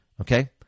Okay